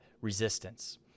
resistance